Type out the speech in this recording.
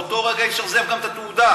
באותו רגע אי-אפשר לזייף גם את התעודה.